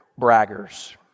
braggers